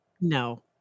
No